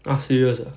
ah serious ah